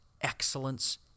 excellence